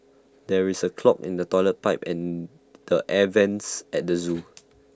there is A clog in the Toilet Pipe and the air Vents at the Zoo